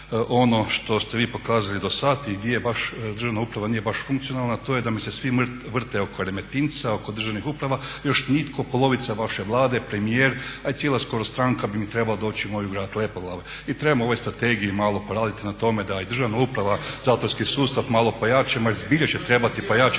ono što ste vi pokazali dosad i di je baš državna uprava nije baš funkcionalna to je da mi se svi vrte oko Remetinca, oko državnih uprava. Još nitko polovica vaše Vlade, premijer a i cijela skoro stranka bi mi trebala doći u moj Grad Lepoglavu. I trebamo u ovoj strategiji malo poraditi na tome da i državna uprava, zatvorski sustav malo pojačamo jer zbilja će trebati pojačati,